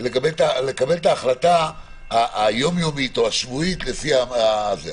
לקבל את ההחלטה היום-יומית או השבועית לפי זה.